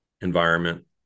environment